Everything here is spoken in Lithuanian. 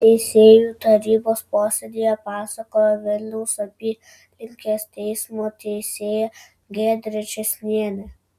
teisėjų tarybos posėdyje pasakojo vilniaus apylinkės teismo teisėja giedrė čėsnienė